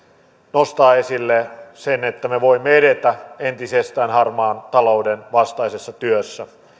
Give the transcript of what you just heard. nostaa esille sen että me voimme edetä entisestään harmaan talouden vastaisessa työssä